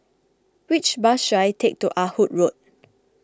which bus should I take to Ah Hood Road